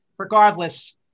Regardless